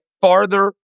farther